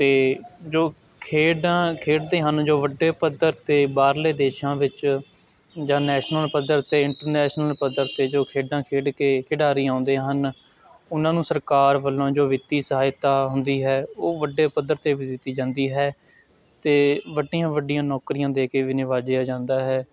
ਅਤੇ ਜੋ ਖੇਡਾਂ ਖੇਡਦੇ ਹਨ ਜੋ ਵੱਡੇ ਪੱਧਰ 'ਤੇ ਬਾਹਰਲੇ ਦੇਸ਼ਾਂ ਵਿੱਚ ਜਾਂ ਨੈਸ਼ਨਲ ਪੱਧਰ 'ਤੇ ਇੰਟਰਨੈਸ਼ਨਲ ਪੱਧਰ 'ਤੇ ਜੋ ਖੇਡਾਂ ਖੇਡ ਕੇ ਖਿਡਾਰੀ ਆਉਂਦੇ ਹਨ ਉਹਨਾਂ ਨੂੰ ਸਰਕਾਰ ਵੱਲੋਂ ਜੋ ਵਿੱਤੀ ਸਹਾਇਤਾ ਹੁੰਦੀ ਹੈ ਉਹ ਵੱਡੇ ਪੱਧਰ 'ਤੇ ਵੀ ਦਿੱਤੀ ਜਾਂਦੀ ਹੈ ਅਤੇ ਵੱਡੀਆਂ ਵੱਡੀਆਂ ਨੌਕਰੀਆਂ ਦੇ ਕੇ ਵੀ ਨਿਵਾਜਿਆ ਜਾਂਦਾ ਹੈ